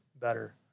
better